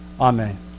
Amen